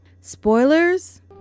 Spoilers